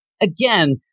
Again